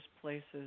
places